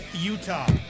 Utah